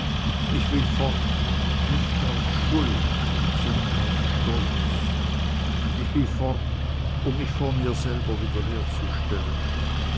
ich will fort nicht aus schuld sondern aus stolz und will fort um mich vor mir selber